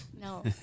No